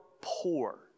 poor